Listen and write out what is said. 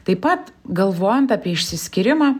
taip pat galvojant apie išsiskyrimą